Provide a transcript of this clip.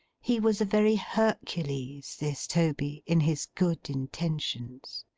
he was a very hercules, this toby, in his good intentions.